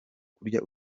kurya